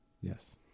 yes